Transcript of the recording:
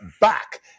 back